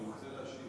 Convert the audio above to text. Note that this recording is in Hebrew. אני רוצה להשיב.